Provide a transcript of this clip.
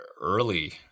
early